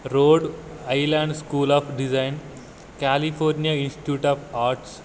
rhode island school of design California institute of arts